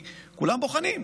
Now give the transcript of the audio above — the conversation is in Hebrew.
כי כולם בוחנים,